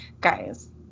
guys